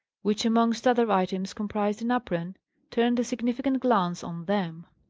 which amongst other items comprised an apron, turned a significant glance on them.